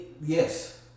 yes